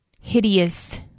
hideous